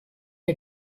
had